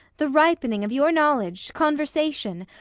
the ripening of your knowledge, conversation,